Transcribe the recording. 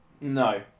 No